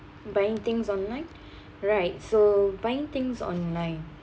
buying things online right so buying things online